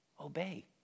Obey